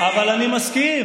אבל אני מסכים.